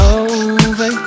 over